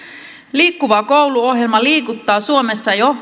liikkuva koulu ohjelma liikuttaa suomessa jo